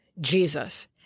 Jesus